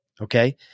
okay